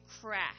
crash